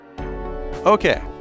Okay